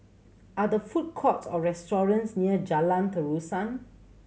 are the food courts or restaurants near Jalan Terusan